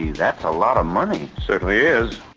that's a lot of money. certainly is.